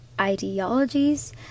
ideologies